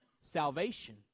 salvation